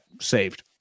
saved